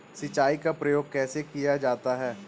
सिंचाई का प्रयोग कैसे किया जाता है?